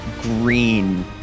green